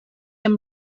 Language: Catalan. amb